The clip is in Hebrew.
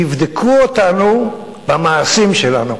תבדקו אותנו במעשים שלנו.